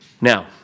Now